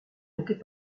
n’était